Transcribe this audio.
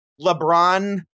LeBron